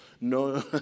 no